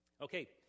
Okay